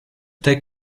take